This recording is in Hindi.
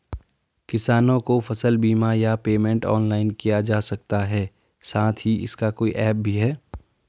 किसानों को फसल बीमा या पेमेंट ऑनलाइन किया जा सकता है साथ ही इसका कोई ऐप भी है?